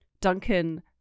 Duncan